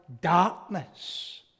darkness